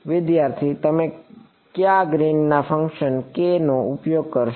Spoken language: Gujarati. વિદ્યાર્થી તમે કયા ગ્રીન ફંક્શન નો ઉપયોગ કરશો